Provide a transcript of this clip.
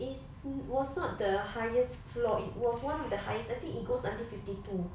is was not the highest floor it was one of the highest I think it goes until fifty two